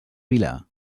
vilar